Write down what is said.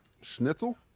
schnitzel